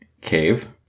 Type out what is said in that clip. cave